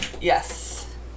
Yes